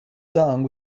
song